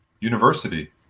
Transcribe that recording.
University